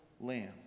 lamb